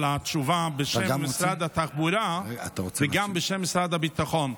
על התשובה בשם משרד התחבורה וגם בשם משרד הביטחון,